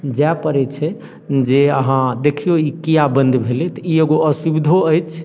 जाय पड़ै छै जे अहाँ देखियौ ई किआ बन्द भेलै तऽ ई एगो असुविधो अछि